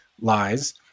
lies